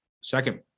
Second